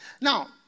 Now